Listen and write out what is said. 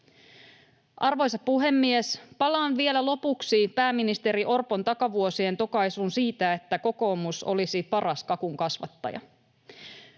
Arvoisa puhemies! Palaan vielä lopuksi pääministeri Orpon takavuosien tokaisuun siitä, että kokoomus olisi paras kakun kasvattaja.